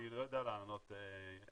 לא בטוח שזה רק בידינו, לבוא ולקבל.